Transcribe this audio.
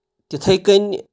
تِتھَے کٔنۍ